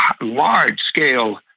large-scale